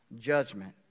judgment